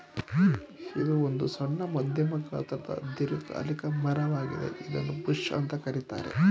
ಇದು ಒಂದು ಸಣ್ಣ ಮಧ್ಯಮ ಗಾತ್ರದ ದೀರ್ಘಕಾಲಿಕ ಮರ ವಾಗಿದೆ ಇದನ್ನೂ ಬುಷ್ ಅಂತ ಕರೀತಾರೆ